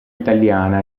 italiana